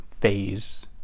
phase